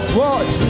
watch